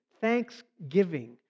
thanksgiving